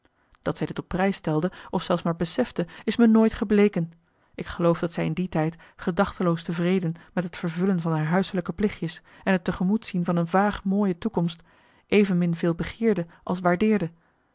dat zij dit op prijs stelde of zelfs maar besefte is me nooit gebleken ik geloof dat zij in die tijd gedachteloos tevreden met het vervullen van haar huiselijke plichtjes en het tegemoet zien van een vaag mooie toekomst evenmin veel begeerde als waardeerde